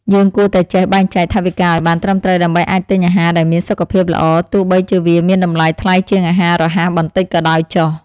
យើងគួរតែចេះបែងចែកថវិកាឲ្យបានត្រឹមត្រូវ ដើម្បីអាចទិញអាហារដែលមានសុខភាពល្អទោះបីជាវាមានតម្លៃថ្លៃជាងអាហាររហ័សបន្តិចក៏ដោយចុះ។